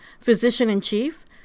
Physician-in-Chief